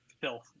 filth